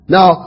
Now